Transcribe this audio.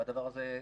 והדבר הזה,